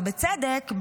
ובצדק,